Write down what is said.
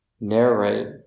narrate